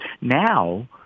now